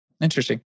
Interesting